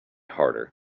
harder